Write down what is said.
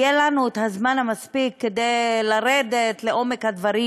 יהיה לנו זמן מספיק לרדת לעומק הדברים